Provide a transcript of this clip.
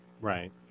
Right